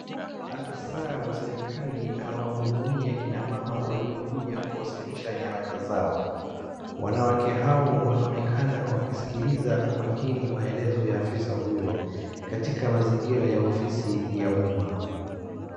Afisaa wa serikali anawahudumia kinamama waliokuja kuwasilisjha nyaraka zao. Wanawake hao wanaonekana wakisikiliza kwa makini maelezo ya afisa huyo katika mazingira ya ofisi ya umma.